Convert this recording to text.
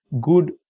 good